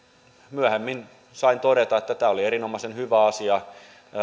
myöhemmin sain todeta että tämä oli erinomaisen hyvä asia